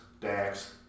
Dax